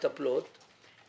שם ותפקיד.